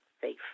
safe